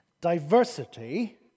diversity